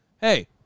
hey